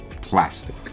plastic